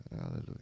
Hallelujah